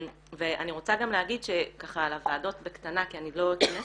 אני רוצה גם להגיד על הוועדות בקטנה כי אני לא אכנס